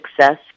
success